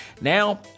now